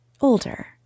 Older